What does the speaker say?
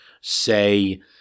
say